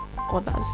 others